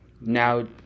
Now